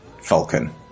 Falcon